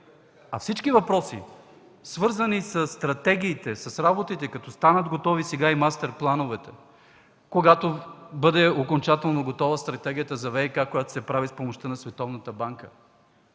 по всички въпроси, свързани със стратегиите, с работите, като станат готови сега и мастерплановете, когато бъде готова окончателно Стратегията за ВиК, която се прави с помощта